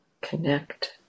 connect